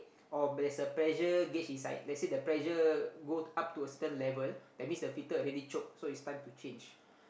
or there's a pressure gauge inside let's say the pressure go up to a certain level that means the filter already choke so it's time to change